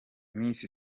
miss